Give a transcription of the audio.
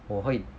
我会